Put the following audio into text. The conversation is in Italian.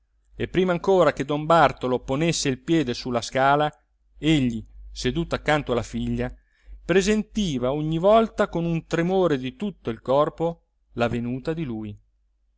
e prima ancora che don bartolo ponesse il piede su la scala egli seduto accanto alla figlia presentiva ogni volta con un tremore di tutto il corpo la venuta di lui